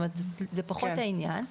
זה פחות העניין.